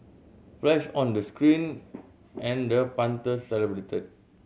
flash on the screen and the punter celebrated